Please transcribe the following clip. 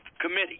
committee